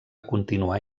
continuar